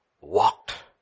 walked